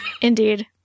Indeed